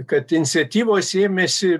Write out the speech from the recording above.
kad inciatyvos ėmėsi